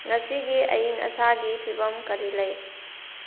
ꯉꯁꯤꯒꯤ ꯑꯏꯡ ꯑꯁꯥꯒꯤ ꯐꯤꯕꯝ ꯀꯔꯤ ꯂꯩ